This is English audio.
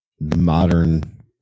modern